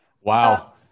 Wow